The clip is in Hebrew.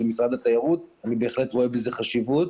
משרד התיירות אני בהחלט רואה בזה חשיבות,